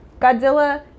Godzilla